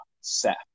set